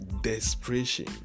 desperation